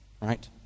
right